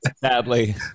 Sadly